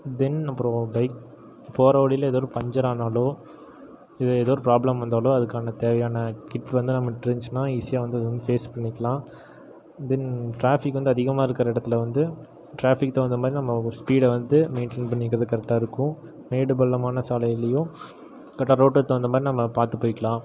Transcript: தென் அப்புறம் பைக் போகற வழியில் எதோ ஒரு பஞ்சர் ஆனாலோ எதோ ஒரு ப்ராப்ளம் வந்தாலோ அதற்கான தேவையான கிட் வந்து நம்மகிட்ட இருந்துச்சுன்னா ஈஸியாக வந்து ஃபேஸ் பண்ணிக்கலாம் தென் டிராஃபிக் வந்து அதிகமாகருக்குற இடத்துல வந்து டிராஃபிக்கு தகுந்த மாதிரி நம்ம ஸ்பீடை வந்து மெயின்டைன் பண்ணிக்கிறதுக்கு கரெக்டாகருக்கும் மேடு பள்ளமான சாலைலையும் கரெட்டாக ரோட்டுக்கு தகுந்த மாதிரி நம்ம பார்த்து போய்க்கலாம்